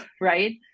right